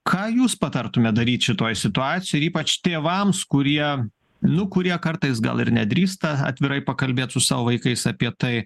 ką jūs patartumėt daryt šitoj situacijoj ir ypač tėvams kurie nu kurie kartais gal ir nedrįsta atvirai pakalbėt su savo vaikais apie tai